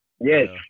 Yes